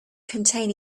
contain